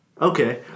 Okay